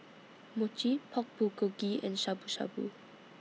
Mochi Pork Bulgogi and Shabu Shabu